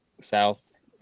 South